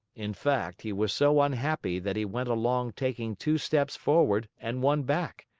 in fact he was so unhappy that he went along taking two steps forward and one back,